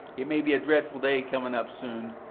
it may be a dreadful day coming up soon,